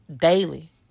daily